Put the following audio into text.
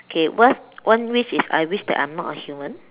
okay what's one wish is I wish that I am not a human